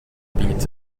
beads